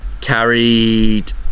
Carried